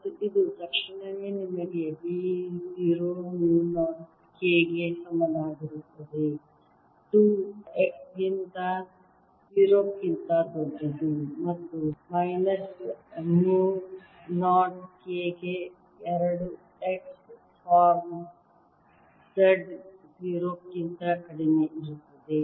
ಮತ್ತು ಇದು ತಕ್ಷಣವೇ ನಿಮಗೆ B 0 ಮು 0 K ಗೆ ಸಮನಾಗಿರುತ್ತದೆ 2 x ಗಿಂತ 0 ಕ್ಕಿಂತ ದೊಡ್ಡದು ಮತ್ತು ಮೈನಸ್ ಮು 0 K ಗೆ 2 x ಫಾರ್ಮ್ z 0 ಕ್ಕಿಂತ ಕಡಿಮೆ ಇರುತ್ತದೆ